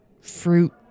fruit